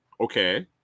Okay